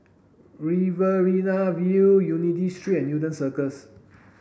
Riverina View Unity Street and Newton Circus